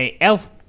elf